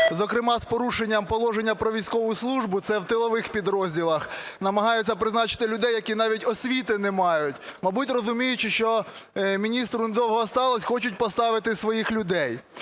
зокрема з порушенням Положення про військову службу (це в тилових підрозділах). Намагаються призначити людей, які навіть освіти не мають. Мабуть розуміючи, що міністру недовго залишилось, хочуть поставити своїх людей.